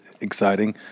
exciting